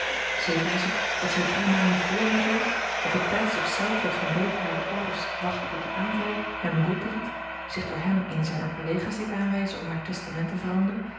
zeker is het dat zij drie maanden vr haar dood op het tijdstip zelf dat van beek hare orders wachtte tot den aanval hem roepen liet zich door hem een zijner collega's deed aanwijzen om haar testament te veranderen